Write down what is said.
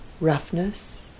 roughness